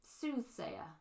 soothsayer